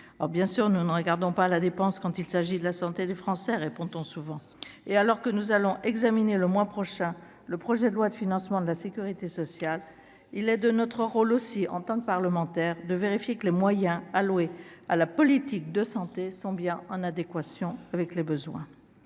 bien sûr nous ne regardons pas à la dépense quand il s'agit de la santé des Français, répond-on souvent et alors que nous allons examiner le mois prochain le projet de loi de financement de la Sécurité sociale, il est de notre rôle aussi en tant que parlementaire, de vérifier que les moyens alloués à la politique de santé sont bien en adéquation avec les besoins,